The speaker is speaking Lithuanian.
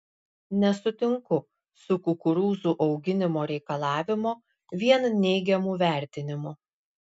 nesutinku su kukurūzų auginimo reikalavimo vien neigiamu vertinimu